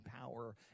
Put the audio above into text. power